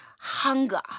hunger